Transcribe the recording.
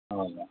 ಹೌದಾ